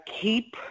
keep